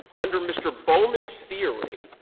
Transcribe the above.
under mr. bowman's theory,